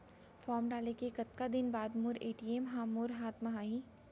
Form डाले के कतका दिन बाद मोर ए.टी.एम ह मोर हाथ म आही?